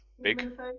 big